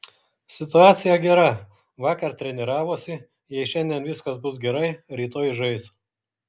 situacija gera vakar treniravosi jei šiandien viskas bus gerai rytoj žais